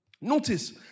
Notice